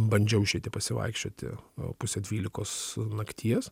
bandžiau išeiti pasivaikščioti pusę dvylikos nakties